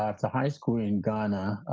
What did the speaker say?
um to high school in ghana,